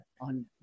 on